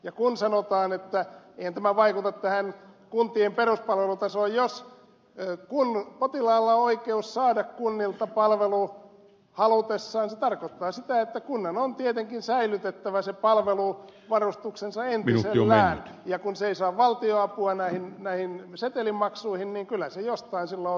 ja kun sanotaan että eihän tämä vaikuta tähän kuntien peruspalvelutasoon kun potilaalla on oikeus saada kunnilta palvelu halutessaan se tarkoittaa sitä että kunnan on tietenkin säilytettävä se palveluvarustuksensa entisellään ja kun se ei saa valtionapua näihin setelin maksuihin niin kyllä se jostain silloin otetaan